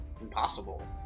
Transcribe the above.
impossible